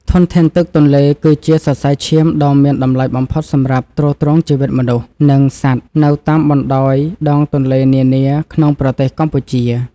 ធនធានទឹកទន្លេគឺជាសរសៃឈាមដ៏មានតម្លៃបំផុតសម្រាប់ទ្រទ្រង់ជីវិតមនុស្ស និង សត្វនៅតាមបណ្តោយដងទន្លេនានាក្នុងប្រទេសកម្ពុជា។